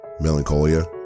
melancholia